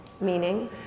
Meaning